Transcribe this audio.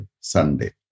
Sunday